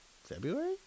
February